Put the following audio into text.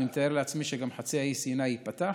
אני מתאר לעצמי שגם חצי האי סיני ייפתח,